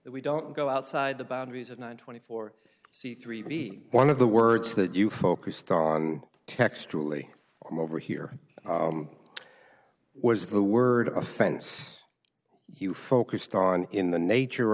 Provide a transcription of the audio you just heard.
that we don't go outside the boundaries of nine twenty four c three b one of the words that you focused on textually come over here was the word offense you focused on in the nature